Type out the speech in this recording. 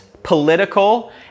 political